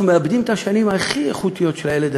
אנחנו מאבדים את השנים הכי איכותיות של הילד,